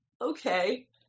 Okay